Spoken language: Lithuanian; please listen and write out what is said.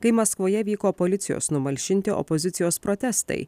kai maskvoje vyko policijos numalšinti opozicijos protestai